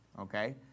okay